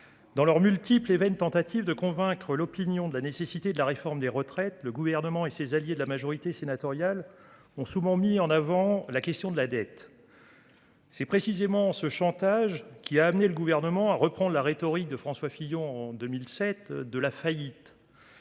dans leurs multiples et vaines tentatives de convaincre l'opinion de la nécessité de la réforme des retraites, le Gouvernement et ses alliés de la majorité sénatoriale ont souvent fait valoir la question de la dette. C'est précisément ce chantage qui a amené le Gouvernement à reprendre la rhétorique de François Fillon en 2007 sur le